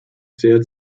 sehr